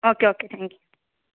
okay okay thank you